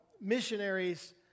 missionaries